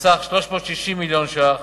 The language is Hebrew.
בסך 360 מיליון ש"ח.